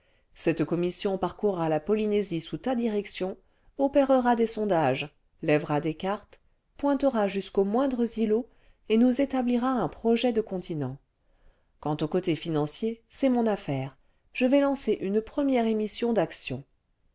cette commission parcourra la polynésie sous ta direction opérera des sondages lèvera des cartes pointera jusqu'aux moindres îlots et nous établira un projet de continent quant au côté financier c'est mon affaire je vais lancer une première émission d'actions